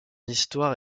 histoire